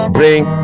Bring